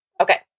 Okay